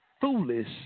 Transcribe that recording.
foolish